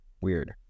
weird